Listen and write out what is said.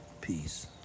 peace